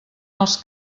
els